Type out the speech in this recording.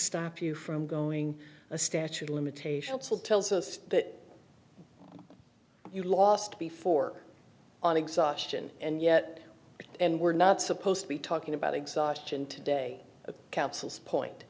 stop you from going a statute of limitations still tells us that you lost before on exhaustion and yet and we're not supposed to be talking about exhaustion today capsule's point